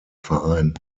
verein